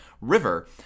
river